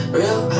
real